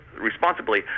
responsibly